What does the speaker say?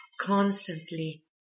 constantly